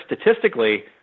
statistically